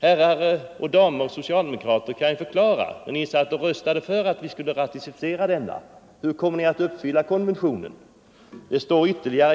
Herrar och damer socialdemokrater som har röstat för att vi skulle ratificera denna konvention kan ju förklara hur ni nu kommer att uppfylla den.